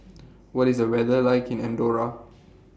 What IS The weather like in Andorra